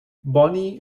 bonnie